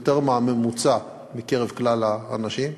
יותר מהממוצע בקרב כלל האנשים,